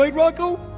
ah rocco.